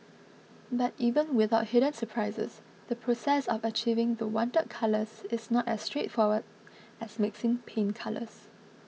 but even without hidden surprises the process of achieving the wanted colours is not as straightforward as mixing paint colours